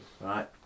Right